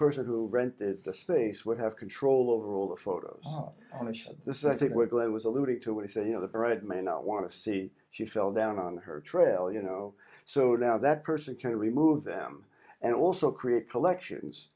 person who rented the space would have control over all the photos which i think would lead was alluding to what i said you know the bride may not want to see she fell down on her trail you know so doubt that person can remove them and also create collections